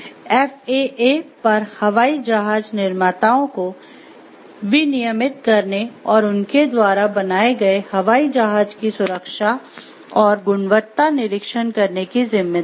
FAA पर हवाई जहाज निर्माताओं को विनियमित करने और उनके द्वारा बनाए गए हवाई जहाज की सुरक्षा और गुणवत्ता निरीक्षण करने की जिम्मेदारी है